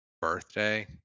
birthday